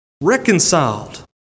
reconciled